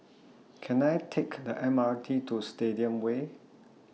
Can I Take M R T to Stadium Way